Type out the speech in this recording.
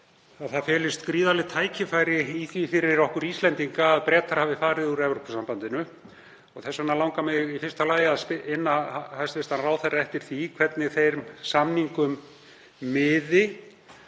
það felist gríðarleg tækifæri í því fyrir okkur Íslendinga að Bretar hafi farið úr Evrópusambandinu. Þess vegna langar mig í fyrsta lagi að inna hæstv. ráðherra eftir því hvernig þeim samningum miði.